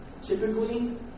typically